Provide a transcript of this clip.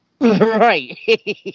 right